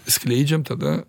skleidžiam tada